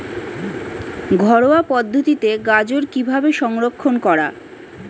ঘরোয়া পদ্ধতিতে গাজর কিভাবে সংরক্ষণ করা?